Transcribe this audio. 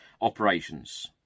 operations